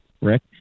Rick